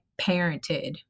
parented